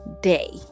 day